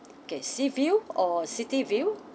okay sea view or city view